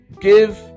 Give